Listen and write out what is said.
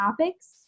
topics